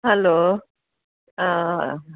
hello ಹಾಂ